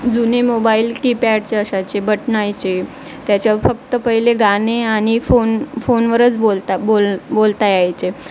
जुने मोबाईल कीपॅडचे असायचे बटनाचे त्याच्यावर फक्त पहिले गाणे आणि फोन फोनवरच बोलता बोल बोलता यायचे